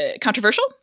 controversial